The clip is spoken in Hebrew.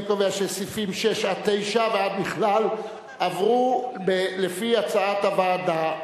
אני קובע שסעיפים 6 9 ועד בכלל עברו לפי הצעת הוועדה.